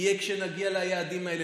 יהיה כשנגיע ליעדים האלה.